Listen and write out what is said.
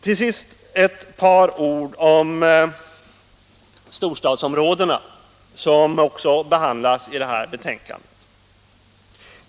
Till sist vill jag säga några ord om storstadsområdena, som också behandlas i det här betänkandet.